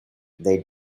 they